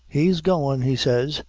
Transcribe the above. he's goin', he says,